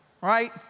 right